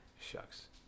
Shucks